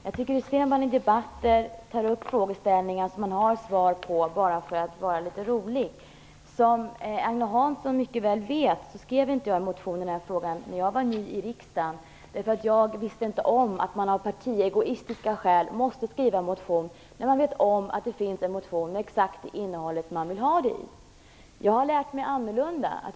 Fru talman! Jag tycker att det är fel att man i debatter tar upp frågeställningar som man har svar på bara för att vara litet rolig. Som Ange Hansson mycket väl vet väckte jag inte någon motion i den här frågan. Jag var ny i riksdagen och visste inte om att man av partiegoistiska skäl måste skriva en motion när man vet om att det finns en motion med exakt det innehållet man vill ha. Jag har nu lärt mig annorlunda.